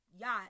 yacht